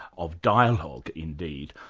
of dialogue indeed.